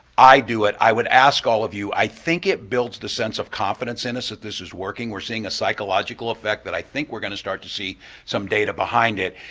i do it, i would ask all of you, i think it builds the sense of confidence in us that this is working, we're seeing a psychological effect that i think we're going to start to see some data behind it.